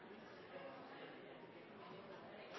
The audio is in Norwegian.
skal